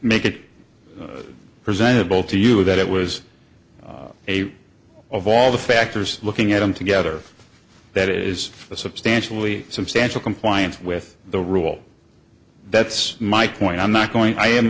make it presentable to you that it was a of all the factors looking at them together that is substantially substantial compliance with the rule that's my point i'm not going i am